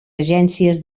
agències